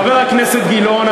חבר הכנסת גילאון,